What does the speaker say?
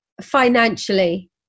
financially